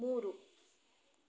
ಮೂರು